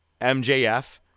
MJF